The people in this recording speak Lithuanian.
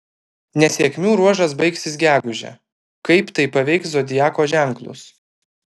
nesėkmių ruožas baigsis gegužę kaip tai paveiks zodiako ženklus